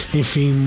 enfim